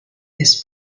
its